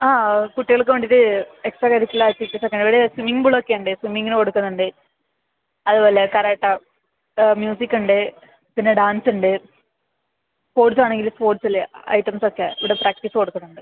ആ കുട്ടികൾക്ക് വേണ്ടിയിട്ട് എക്സ്ട്രാ കരിക്കുലർ ആക്റ്റിവിറ്റീസ് ഒക്കെ ഇവിടെ സ്വിമ്മിംഗ് പൂൾ ഒക്കെ ഉണ്ട് സ്വിമ്മിംഗിന് കൊടുക്കുന്നുണ്ട് അത് പോലെ കരാട്ട മ്യൂസിക് ഉണ്ട് പിന്നെ ഡാൻസ് ഉണ്ട് സ്പോർട്സ് ആണെങ്കില് സ്പോർട്സില് ഐറ്റംസ് ഒക്കെ ഇവിടെ പ്രാക്ടീസ് കൊടുക്കുന്നുണ്ട്